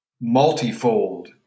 multifold